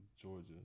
Georgia